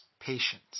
patience